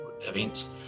events